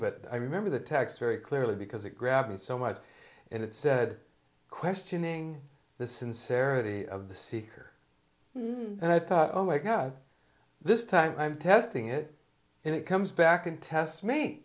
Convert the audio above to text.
but i remember the text very clearly because it grabbing so much and it said questioning the sincerity of the seeker and i thought oh my god this time i'm testing it and it comes back